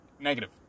negative